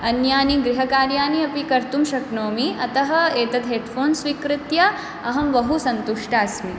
अन्यानि गृहकार्याणि अपि कर्तुं शक्नोमि अतः एतत् हेड् फोन्स् स्वीकृत्य अहं बहु सन्तुष्टा अस्मि